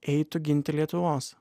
eitų ginti lietuvos